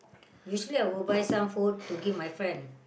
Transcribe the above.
usually I will buy some food to give my friend